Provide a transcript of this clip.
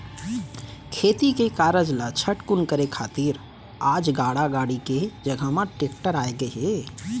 खेती के कारज ल झटकुन करे खातिर आज गाड़ा गाड़ी के जघा म टेक्टर आ गए हे